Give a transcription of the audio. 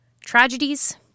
Tragedies